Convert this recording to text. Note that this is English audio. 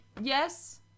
yes